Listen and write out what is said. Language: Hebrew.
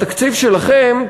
בתקציב שלכם,